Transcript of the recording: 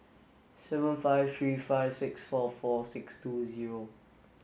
seven five three five six four four six two zero